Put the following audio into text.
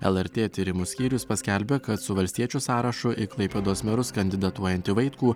lrt tyrimų skyrius paskelbė kad su valstiečių sąrašu į klaipėdos merus kandidatuojantį vaitkų